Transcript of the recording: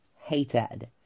hated